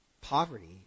poverty